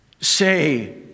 say